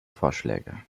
vorschläge